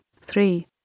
three